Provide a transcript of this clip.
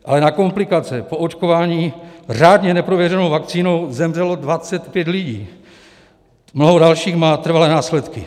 Ale na komplikace po očkování řádně neprověřenou vakcínou zemřelo 25 lidí, mnoho dalších má trvalé následky.